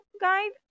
guide